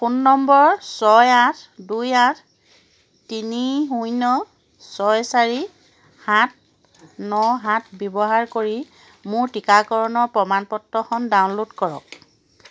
phone number ছয় আঠ দুই আঠ তিনি শূন্য ছয় চাৰি সাত ন সাত ব্যৱহাৰ কৰি মোৰ টীকাকৰণৰ প্ৰমাণপত্ৰখন ডাউনল'ড কৰক